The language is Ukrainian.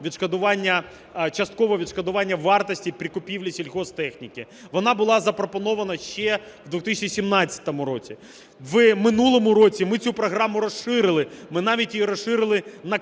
часткового відшкодування вартості при купівлі сільгосптехніки. Вона була запропонована ще в 2017 році, в минулому році ми цю програму розширили, ми навіть її розширили на